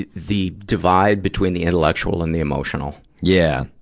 the the divide between the intellectual and the emotional? yeah,